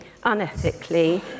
unethically